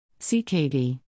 CKD